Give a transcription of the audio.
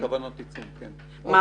הודעות על כוונות עיצום, כן.